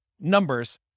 numbers